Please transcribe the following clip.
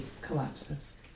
collapses